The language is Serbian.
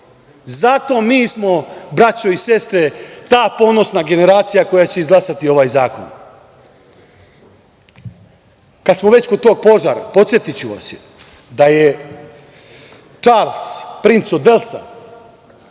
Zato smo mi, braćo i sestre, ta ponosna generacija koja će izglasati ovaj zakon. Kada smo već kod tog požara, podsetiću vas da je Čarls, princ od Velsa,